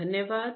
धन्यवाद